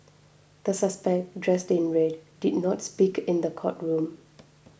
the suspect dressed in red did not speak in the courtroom